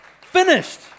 Finished